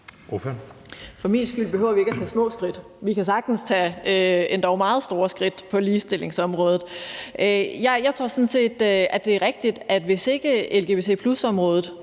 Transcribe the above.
For min skyld behøver vi ikke at tage små skridt. Vi kan sagtens tage endog meget store skridt på ligestillingsområdet. Jeg tror sådan set, at det er rigtigt, at lgbt+-området